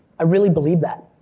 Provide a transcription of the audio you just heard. i really believe that.